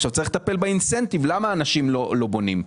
עכשיו, צריך לטפל באינסנטיב; למה אנשים לא בונים?